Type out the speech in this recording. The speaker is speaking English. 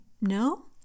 no